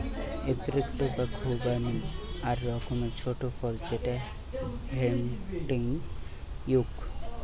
apricot বা খুবানি আক রকমের ছোট ফল যেটা হেংটেং হউক